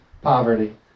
poverty